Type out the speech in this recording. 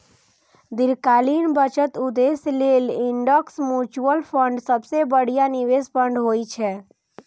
दीर्घकालीन बचत उद्देश्य लेल इंडेक्स म्यूचुअल फंड सबसं बढ़िया निवेश फंड होइ छै